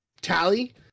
tally